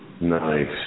Nice